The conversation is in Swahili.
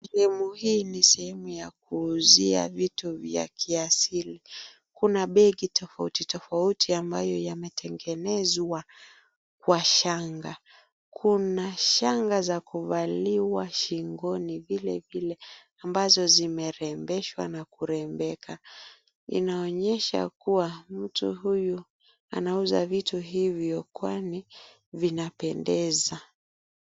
Sehemu hii ni sehemu ya kuuzia vitu vya kiasili. Kuna begi tofauti tofauti ambayo yametengenezwa kwa shanga. Kuna shanga za kuvaliwa shingoni vile vile ambazo zimerembeshwa na kurembeka. Inaonyesha kuwa mtu huyu anauza vitu hivyo kwani vinapendeza.